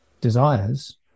desires